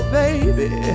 baby